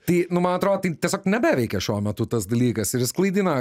tai nu man atrodo tai tiesiog nebeveikia šiuo metu tas dalykas ir jis klaidina